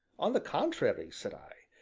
on the contrary, said i,